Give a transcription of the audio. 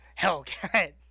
Hellcat